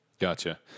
Gotcha